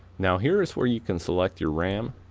now here's where you can select your ram,